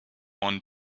one